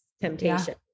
temptation